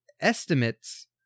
Estimates